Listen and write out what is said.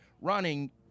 running